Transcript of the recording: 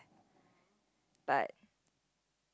but